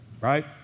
right